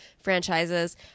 franchises